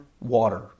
water